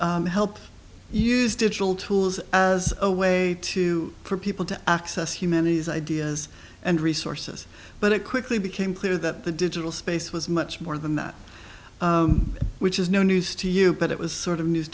help use digital tools as a way to for people to access humanities ideas and resources but it quickly became clear that the digital space was much more than that which is no news to you but it was sort of news